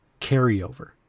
carryover